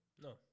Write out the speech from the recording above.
No